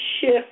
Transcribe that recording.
shift